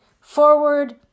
forward